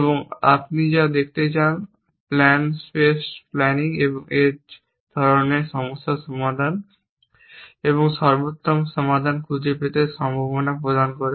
এবং আপনি যা দেখতে চান প্ল্যান স্পেস প্ল্যানিং এই ধরনের সমস্যার সমাধান এবং সর্বোত্তম সমাধান খুঁজে পাওয়ার সম্ভাবনা প্রদান করে